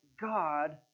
God